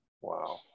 wow